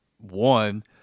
one